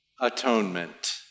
atonement